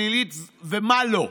פלילית ומה לא,